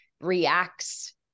reacts